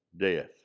death